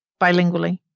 bilingually